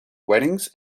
weddings